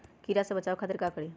कीरा से बचाओ खातिर का करी?